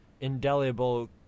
indelible